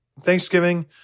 Thanksgiving